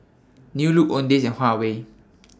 New Look Owndays and Huawei